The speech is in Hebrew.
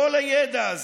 כל הידע הזה,